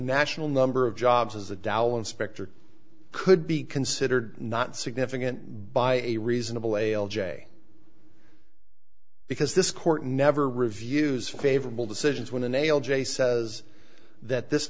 national number of jobs as a doll inspector could be considered not significant by a reasonable a l j because this court never reviews favorable decisions when the nail j says that this